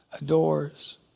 adores